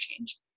change